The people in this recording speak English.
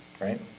right